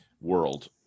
world